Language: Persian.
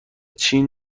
چین